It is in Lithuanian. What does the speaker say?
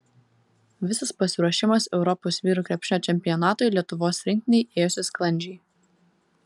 visas pasiruošimas europos vyrų krepšinio čempionatui lietuvos rinktinei ėjosi sklandžiai